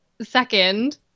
Second